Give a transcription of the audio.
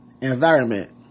environment